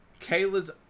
Kayla's